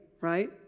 right